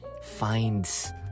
finds